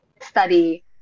study